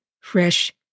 fresh